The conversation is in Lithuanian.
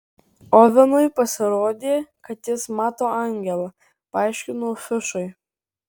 ovenui pasirodė kad jis mato angelą paaiškinau fišui